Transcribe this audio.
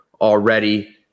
already